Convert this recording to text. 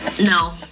no